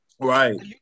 Right